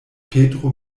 petro